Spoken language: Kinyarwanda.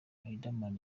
riderman